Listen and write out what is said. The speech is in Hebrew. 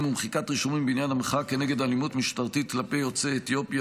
ומחיקת רישומים בעניין המחאה כנגד אלימות משטרתית כלפי יוצאי אתיופיה,